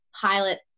pilot